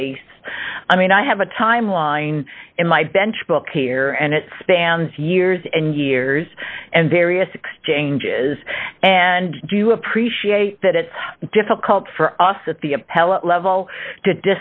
case i mean i have a timeline in my bench book here and it spans years and years and various exchanges and do appreciate that it's difficult for us at the appellate level t